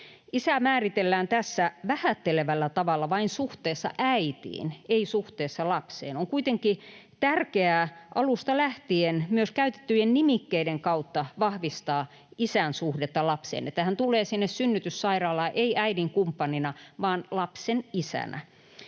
Isä määritellään tässä vähättelevällä tavalla vain suhteessa äitiin, ei suhteessa lapseen. On kuitenkin tärkeää alusta lähtien myös käytettyjen nimikkeiden kautta vahvistaa isän suhdetta lapseen, niin että hän ei tule sinne synnytyssairaalaan äidin kumppanina vaan lapsen isänä.